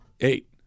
Eight